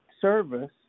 service